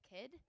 kid